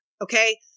Okay